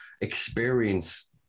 experience